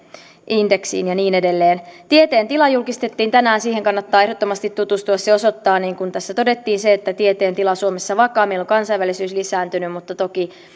indeksiin ja niin edelleen tieteen tila julkistettiin tänään ja siihen kannattaa ehdottomasti tutustua se osoittaa niin kuin tässä todettiin että tieteen tila suomessa on vakaa meillä on kansainvälisyys lisääntynyt mutta toki